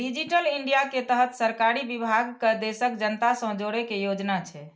digital India के तहत सरकारी विभाग कें देशक जनता सं जोड़ै के योजना छै